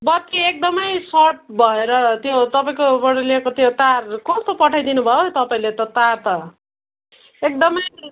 बत्ती एकदमै सट भएर त्यो तपाईँकोबाट ल्याएको त्यो तार कस्तो पठाइदिनु भयो हौ तपाईँले त तार त एकदमै